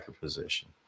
position